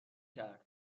کرد